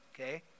okay